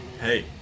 Hey